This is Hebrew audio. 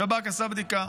השב"כ עשה בדיקה,